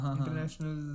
International